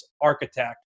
architect